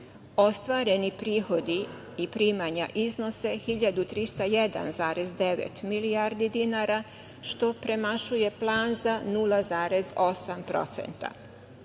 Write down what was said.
Ostvareni prihodi i primanja iznose 1.301,9 milijardi dinara što premašuje plan za